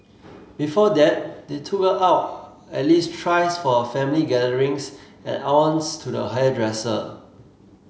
before that they took her out at least thrice for family gatherings and once to the hairdresser